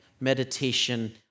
meditation